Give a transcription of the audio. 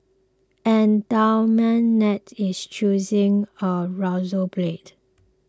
an Dalmatian is chewing a razor blade